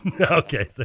Okay